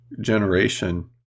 generation